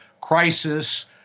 crisis